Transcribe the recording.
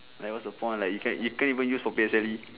like what's the point like you can't you can't even use for P_S_L_E